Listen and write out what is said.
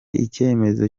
icyemezo